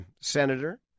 senator